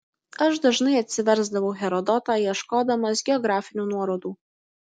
aš dažnai atsiversdavau herodotą ieškodamas geografinių nuorodų